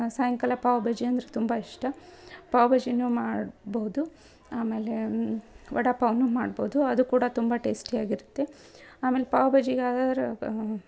ಸಾಯಂಕಾಲ ಪಾವ್ಬಾಜಿ ಅಂದ್ರೆ ತುಂಬ ಇಷ್ಟ ಪಾವ್ಬಾಜಿನೂ ಮಾಡ್ಬೌದು ಆಮೇಲೇ ವಡಾ ಪಾವ್ನೂ ಮಾಡ್ಬೋದು ಅದೂ ಕೂಡ ತುಂಬ ಟೇಸ್ಟಿಯಾಗಿರುತ್ತೆ ಆಮೇಲೆ ಪಾವ್ಬಾಜಿ